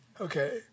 Okay